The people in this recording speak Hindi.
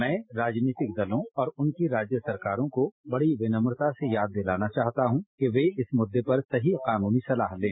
मै राजनीतिक दलों और उनकी राज्य सरकारों को कड़ी विनम्रता से याद दिलाना चाहता हूं कि वे इत्त मुद्रे पर सही कानूनी सलाह लें